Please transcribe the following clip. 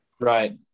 right